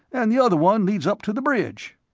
and the other one leads up to the bridge.